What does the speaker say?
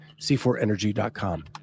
c4energy.com